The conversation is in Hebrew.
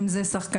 אם זה שחקנים,